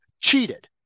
cheated